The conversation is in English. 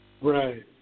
Right